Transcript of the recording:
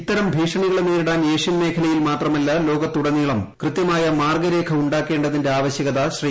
ഇത്തരം ഭീഷണികളെ നേരിടാൻ ഏഷ്യൻ മേഖലയിൽ മാത്രമല്ല ലോകത്തുടനീളം കൃത്യമായ മാർഗ്ഗരേഖ ഉണ്ടാക്കേണ്ടതിന്റെ ആവശ്യകത ശ്രീ